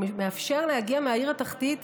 הוא מאפשר להגיע מהעיר התחתית למעלה,